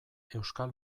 euskal